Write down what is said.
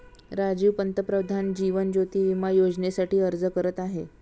राजीव पंतप्रधान जीवन ज्योती विमा योजनेसाठी अर्ज करत आहे